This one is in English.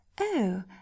Oh